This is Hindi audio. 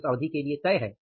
यह उस अवधि के लिए तय है